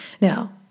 Now